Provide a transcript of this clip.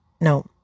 no